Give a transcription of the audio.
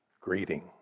greeting